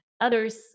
others